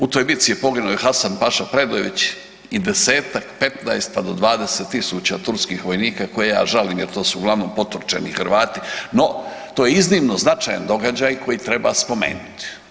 U toj bitci je poginuo i Hasan Paša Predojević i 10-tak, 15 pa do 20.000 turskih vojnika koje ja žalim jer to su uglavnom potvrđeni Hrvati, no to je iznimno značajan događaj koji treba spomenuti.